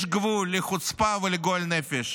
יש גבול לחוצפה ולגועל נפש.